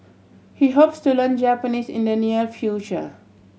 he hopes to learn Japanese in the near future